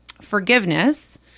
Forgiveness